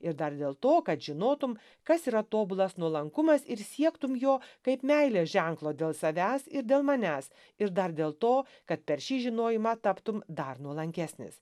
ir dar dėl to kad žinotum kas yra tobulas nuolankumas ir siektum jo kaip meilės ženklo dėl savęs ir dėl manęs ir dar dėl to kad per šį žinojimą taptum dar nuolankesnis